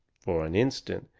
for an instant,